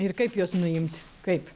ir kaip juos nuimt kaip